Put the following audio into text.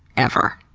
ever.